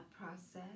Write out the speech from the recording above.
process